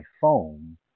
phone